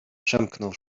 przemknął